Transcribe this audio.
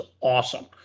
awesome